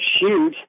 shoot